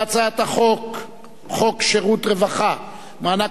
ההצעה להעביר את הצעת חוק שירותי רווחה (מענק